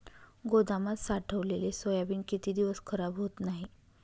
गोदामात साठवलेले सोयाबीन किती दिवस खराब होत नाही?